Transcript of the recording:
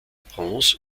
bronze